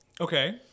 Okay